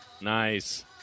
Nice